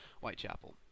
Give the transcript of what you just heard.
Whitechapel